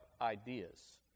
ideas